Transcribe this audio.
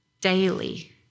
Daily